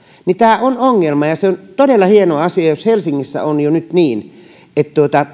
tämä on ongelma se on todella hieno asia jos helsingissä on jo nyt niin että